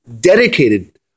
dedicated